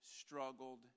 struggled